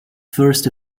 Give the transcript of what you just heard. first